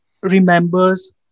remembers